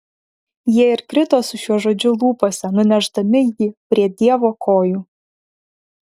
jie ir krito su šiuo žodžiu lūpose nunešdami jį prie dievo kojų